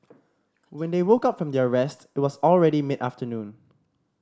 when they woke up from their rest it was already mid afternoon